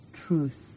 truth